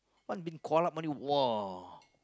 once been call up already !wah!